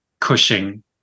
Cushing